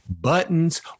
buttons